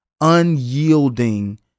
unyielding